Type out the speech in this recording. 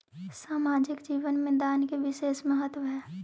सामाजिक जीवन में दान के विशेष महत्व हई